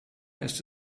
ist